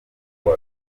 kuwa